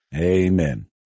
Amen